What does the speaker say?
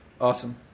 Awesome